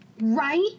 right